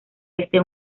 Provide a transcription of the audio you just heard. este